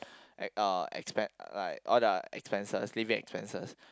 uh expense like all the expenses living expenses